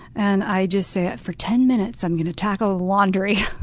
and i just say, for ten minutes, i'm going to tackle laundry.